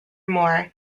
more